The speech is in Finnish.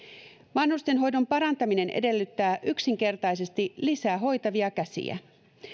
vanhustenhoidon parantaminen edellyttää yksinkertaisesti lisää hoitavia käsiä